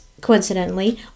coincidentally